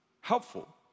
helpful